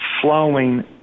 flowing